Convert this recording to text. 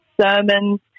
sermons